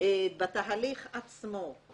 בתהליך עצמו,